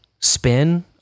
spin